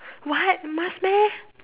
what must meh